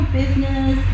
business